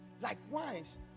Likewise